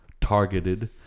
targeted